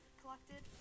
collected